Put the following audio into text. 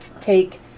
take